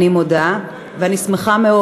אני מודה, ואני שמחה מאוד